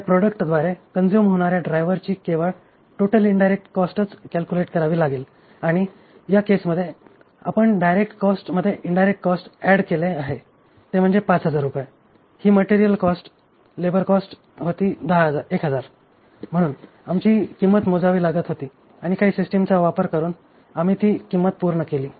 या प्रॉडक्टद्वारे कंझ्युम होणार्या ड्रायव्हर्सची केवळ टोटल इंडिरेक्ट कॉस्टच कॅलक्युलेट करावी लागेल आणि या केस मध्ये आपण डायरेक्ट कॉस्ट मध्ये इंडिरेक्ट कॉस्ट ऍड केले आहे ते म्हणजे 5000 रुपये ही मटेरियल कॉस्ट लेबर कॉस्ट होती 1000 एकूण आमची किंमत मोजावी लागत होती आणि काही सिस्टिम चा वापर करून आम्ही ती किंमत पूर्ण केली